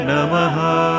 Namaha